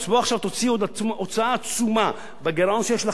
עכשיו תוציא עוד הוצאה עצומה בגירעון שיש לכם,